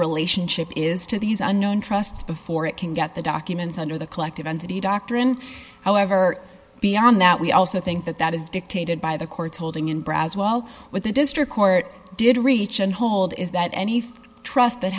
relationship is to these unknown trusts before it can get the documents under the collective entity doctrine however beyond that we also think that that is dictated by the court's holding in braz while what the district court did reach and hold is that any trust that